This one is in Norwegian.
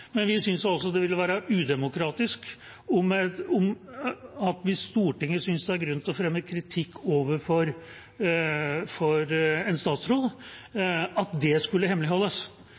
men vi synes det vil være udemokratisk hvis Stortinget synes det er grunn til å fremme kritikk overfor en statsråd, at det skulle hemmeligholdes.